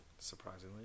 Surprisingly